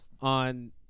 on